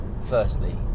firstly